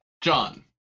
John